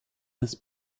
des